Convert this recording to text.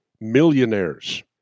millionaires